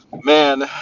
Man